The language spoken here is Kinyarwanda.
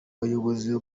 bayobozi